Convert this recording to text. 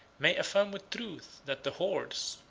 may affirm with truth that the hordes,